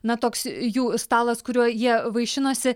na toks jų stalas kuriuo jie vaišinosi